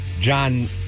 John